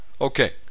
Okay